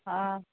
आं